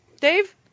Dave